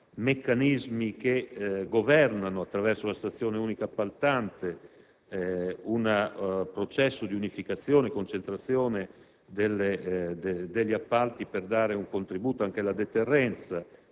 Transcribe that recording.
meccanismi che governano, attraverso la stazione unica appaltante, un processo di unificazione e concentrazione degli appalti per fornire un contributo alla deterrenza